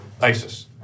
ISIS